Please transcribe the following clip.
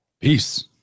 Peace